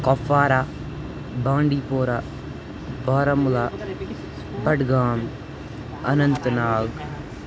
Kupwara Bandipora Baramulla Budgam Anant Nag